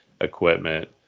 equipment